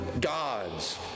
God's